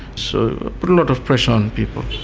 so put a lot of pressure on people.